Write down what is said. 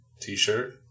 t-shirt